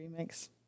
remix